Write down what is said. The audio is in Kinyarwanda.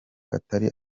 atari